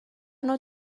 نوع